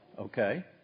okay